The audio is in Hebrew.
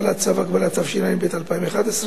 (הפעלת צו הגבלה), התשע"ב 2011,